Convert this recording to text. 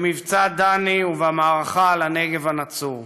במבצע דני ובמערכה על הנגב הנצור.